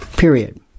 Period